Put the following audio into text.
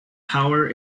power